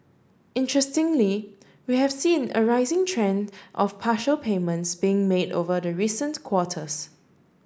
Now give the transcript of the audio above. interestingly we have seen a rising trend of partial payments being made over the recent quarters